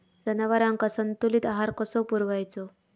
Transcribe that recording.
जनावरांका संतुलित आहार कसो पुरवायचो?